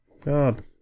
God